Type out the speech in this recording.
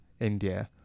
india